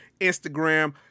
Instagram